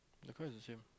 I thought is same